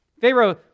Pharaoh